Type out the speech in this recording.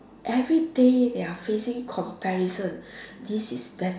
everyday they are facing comparison this is bet